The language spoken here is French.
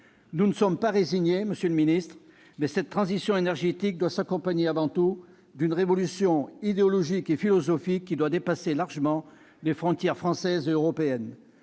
Nous ne sommes pas résignés, monsieur le ministre d'État, mais cette transition énergétique doit s'accompagner avant tout d'une révolution idéologique et philosophique qui doit dépasser largement les frontières françaises et européennes.